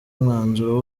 mwanzuro